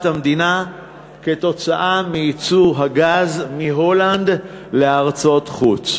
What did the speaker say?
המדינה כתוצאה מייצוא הגז מהולנד לארצות חוץ.